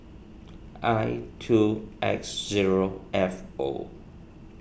I two X zero F O